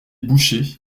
bouchers